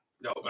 no